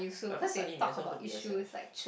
Bible studies may as well go B_S_F